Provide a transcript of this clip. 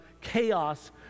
chaos